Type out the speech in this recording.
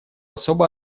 особо